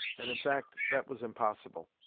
and in fact that was impossible.